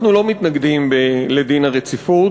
אנחנו לא מתנגדים לדין הרציפות,